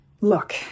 Look